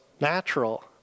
natural